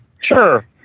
Sure